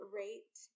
rate